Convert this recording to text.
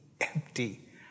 empty